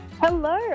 Hello